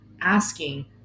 asking